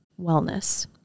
wellness